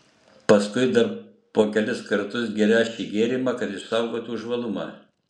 paskui dar po kelis kartus gerią šį gėrimą kad išsaugotų žvalumą